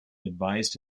advised